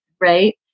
right